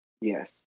Yes